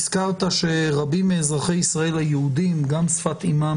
הזכרת ששפת אמם של רבים מאזרחי ישראל היא גם ערבית,